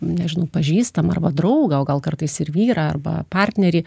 nežinau pažįstamą arba draugą o gal kartais ir vyrą arba partnerį